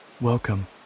Welcome